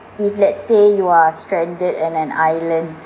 if let's say you are stranded on an island